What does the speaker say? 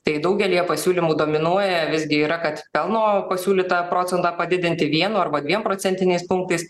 tai daugelyje pasiūlymų dominuoja visgi yra kad pelno pasiūlytą procentą padidinti vienu arba dviem procentiniais punktais